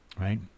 right